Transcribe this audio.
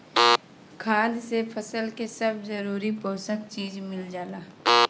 खाद से फसल के सब जरूरी पोषक चीज मिल जाला